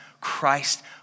Christ